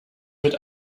mit